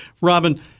Robin